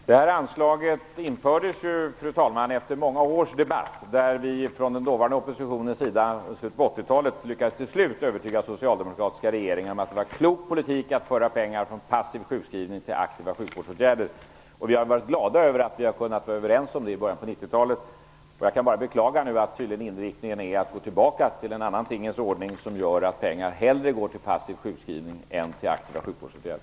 Fru talman! Detta anslag infördes efter många års debatt där vi från den dåvarande oppositionens sida i slutet av 80-talet till slut lyckades övertyga den socialdemokratiska regeringen om att det var en klok politik att föra pengar från passiv sjukskrivning till aktiva sjukvårdsåtgärder. Vi har varit glada över att vi har kunnat vara överens om det i början av 90-talet. Jag kan bara beklaga att inriktningen nu tydligen är att gå tillbaka till en annan tingens ordning som gör att pengar hellre går till passiv sjukskrivning än till aktiva sjukvårdsåtgärder.